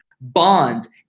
Bonds